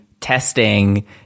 testing